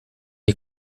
die